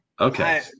okay